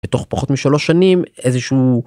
בתוך פחות משלוש שנים איזה שהוא.